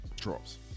Drops